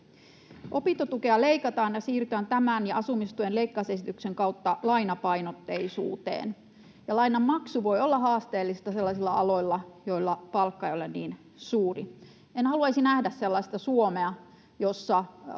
Opintotukea leikataan ja siirrytään tämän ja asumistuen leikkausesityksen kautta lainapainotteisuuteen. Lainan maksu voi olla haasteellista sellaisilla aloilla, joilla palkka ei ole niin suuri. En haluaisi nähdä sellaista Suomea, jossa